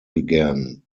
began